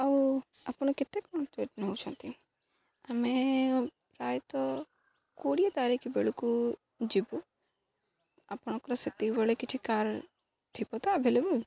ଆଉ ଆପଣ କେତେ କ'ଣ ରେଟ୍ ନଉଛନ୍ତି ଆମେ ପ୍ରାୟତଃ କୋଡ଼ିଏ ତାରିଖ ବେଳକୁ ଯିବୁ ଆପଣଙ୍କର ସେତିକି ବେଳେ କିଛି କାର୍ ଥିବ ତ ଆଭେଲେବୁଲ